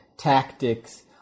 tactics